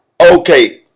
okay